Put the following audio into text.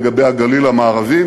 לגבי הגליל המערבי,